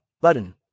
button